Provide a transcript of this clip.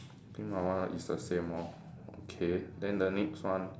I think my one is the same lor okay then the next one